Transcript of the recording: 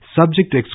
subject